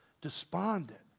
despondent